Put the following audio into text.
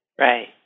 right